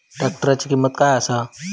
ट्रॅक्टराची किंमत काय आसा?